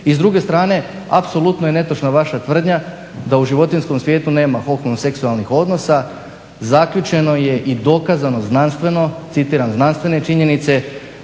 I s druge strane apsolutno je netočna vaša tvrdnja da u životinjskom svijetu nema …/Govornik se ne razumije./… seksualnih odnosa. Zaključeno je i dokazano znanstveno, citiram znanstvene činjenice